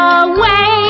away